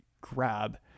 grab